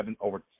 over